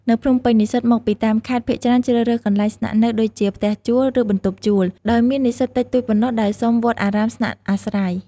នៅភ្នំពេញ និស្សិតមកពីតាមខេត្តភាគច្រើនជ្រើសរើសកន្លែងស្នាក់នៅដូចជា ផ្ទះជួល ឬបន្ទប់ជួល ដោយមាននិស្សិតតិចតួចប៉ុណ្ណោះដែលសុំវត្តអារាមស្នាក់អាស្រ័យ។